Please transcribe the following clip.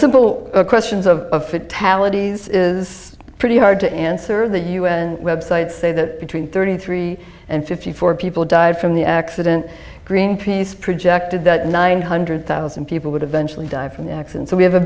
simple questions of fatalities is pretty hard to answer the u n web site say that between thirty three and fifty four people died from the accident greenpeace projected that nine hundred thousand people would eventually die from the acts and so we have a